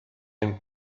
and